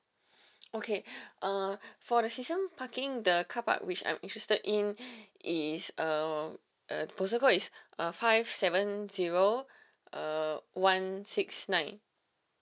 okay uh for the season parking the carpark which I'm interested in is um uh postal code is uh five seven zero uh one six nine